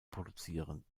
produzieren